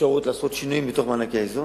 אפשרות לעשות שינויים במענקי האיזון,